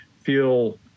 feel